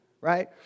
right